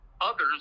others